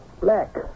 black